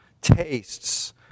Tastes